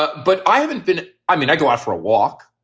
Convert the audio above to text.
but but i haven't been. i mean, i go out for a walk.